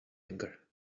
anger